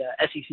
SEC